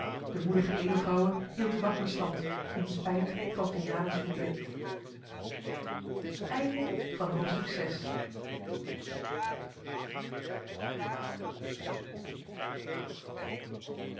de moedige edelvrouwe hield wakker stand in spijt van vianens woede hoofdstuk